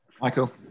Michael